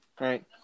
right